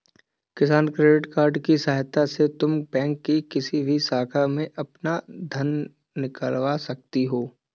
किसान credit card की सहायता से तुम बैंक की किसी भी शाखा से अपना धन निकलवा सकती हो